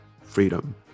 freedom